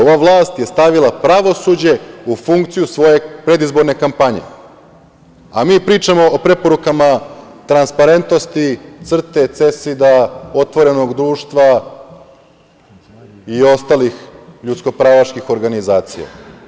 Ova vlast je stavila pravosuđe u funkciju svoje predizborne kampanje, a mi pričamo o preporukama „Transparentnosti“, „Crte“, CESID-a, „Otvorenog društva“ i ostalih ljudsko-pravaških organizacija.